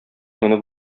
менеп